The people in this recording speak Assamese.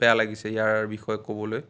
বেয়া লাগিছে ইয়াৰ বিষয়ে ক'বলৈ